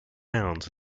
towns